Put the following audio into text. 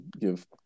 give